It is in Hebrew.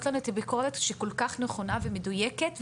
לנו את הביקורת הכל-כך נכונה ומדויקת,